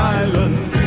island